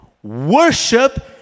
Worship